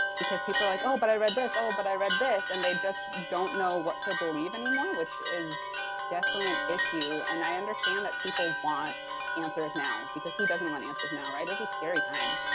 because people are like, oh, but i read this. oh, but i read this. and they just don't know what to believe anymore, which is definitely an issue. issue. and i understand that people want answers now, because who doesn't want answers now, right? it's a scary time.